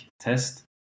test